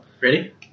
Ready